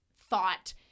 thought